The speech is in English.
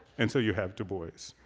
and so you have dubois.